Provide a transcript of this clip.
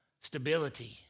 stability